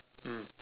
mm